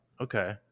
okay